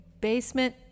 basement